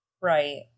Right